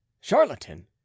charlatan